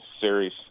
series